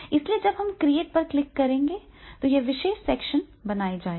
इसलिए जब हम क्रिएट पर क्लिक करेंगे तो यह विशेष सेक्शन बनाया जाएगा